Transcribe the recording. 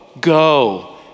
go